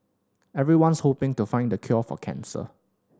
everyone's hoping to find the cure for cancer